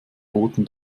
boten